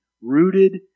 rooted